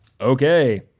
Okay